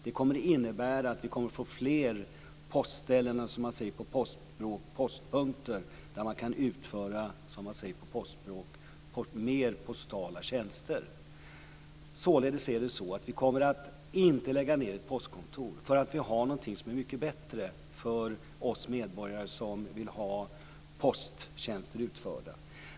Det kommer att innebära att vi får fler postpunkter, som man säger på postspråk, där man kan utföra mer postala tjänster. Vi kommer således att få någonting som är mycket bättre för oss medborgare som vill ha posttjänster utförda.